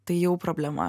tai jau problema